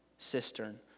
cistern